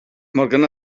morgan